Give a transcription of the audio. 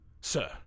sir